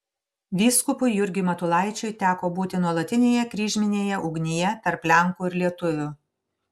vyskupui jurgiui matulaičiui teko būti nuolatinėje kryžminėje ugnyje tarp lenkų ir lietuvių